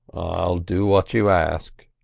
i'll do what you ask,